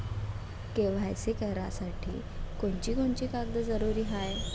KYC करासाठी कोनची कोनची कागद जरुरी हाय?